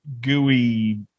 gooey